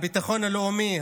הביטחון הלאומי,